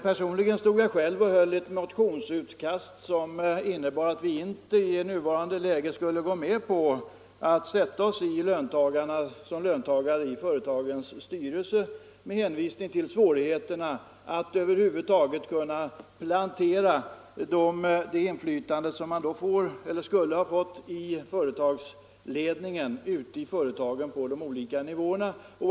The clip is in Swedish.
Personligen stod jag och höll i ett motionsutkast som innebar att vi som löntagare inte skulle i nuvarande läge gå med på att sätta oss i företagens styrelser, detta med hänvisning till svårigheterna att över huvud taget kunna plantera det inflytande som man då skulle ha fått i företagsledningen ute i företagen på de olika nivåerna 85 där.